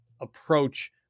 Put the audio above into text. approach